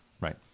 Right